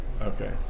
Okay